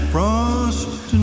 Frost